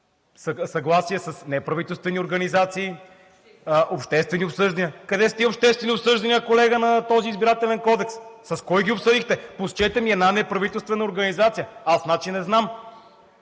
съгласие с неправителствени организации, обществени обсъждания. Къде са тези обществени обсъждания, колега, на този Избирателен кодекс? С кого ги обсъдихте? Посочете ми една неправителствена организация. Аз, значи, не знам.